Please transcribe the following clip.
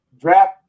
draft